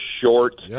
short